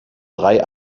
drei